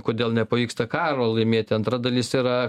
kodėl nepavyksta karo laimėti antra dalis yra